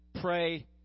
Pray